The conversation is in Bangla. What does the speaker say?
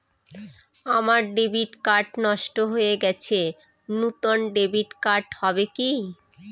আমার ডেবিট কার্ড নষ্ট হয়ে গেছে নূতন ডেবিট কার্ড হবে কি?